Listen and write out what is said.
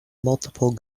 multiple